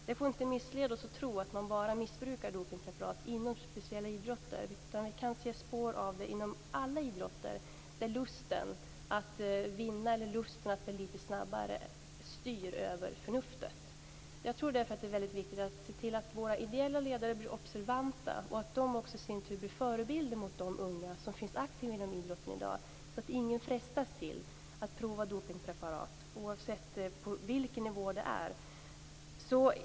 Det får inte missleda oss att tro att man missbrukar dopningspreparat bara inom speciella idrotter, utan vi kan se spår av dopning inom alla idrotter där lusten att vinna eller att bli lite snabbare styr över förnuftet. Det är därför viktigt att se till att de ideella ledarna blir observanta och att de i sin tur blir förebilder för de unga som är aktiva inom idrotten i dag så att ingen frestas till att prova dopningspreparat, oavsett på vilken nivå det är.